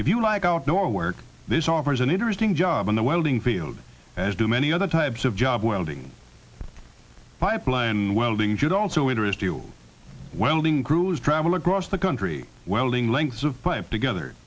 if you like outdoor work this offers an interesting job in the welding field as do many other types of job welding pipeline welding should also interest you welding crews travel across the country welding lengths of pipe together